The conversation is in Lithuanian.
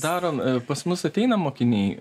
darom pas mus ateina mokiniai